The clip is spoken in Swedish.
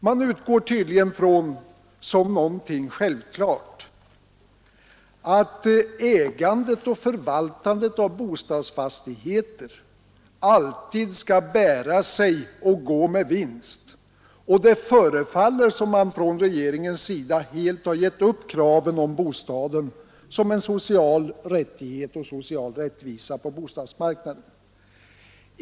Man utgår tydligen som någonting självklart från att ägandet och förvaltandet av bostadsfastigheter alltid skall bära sig och gå med vinst, och det förefaller som om man från regeringens sida helt gett upp kraven om bostaden som en social rättighet och om social rättvisa på bostadsmarknaden.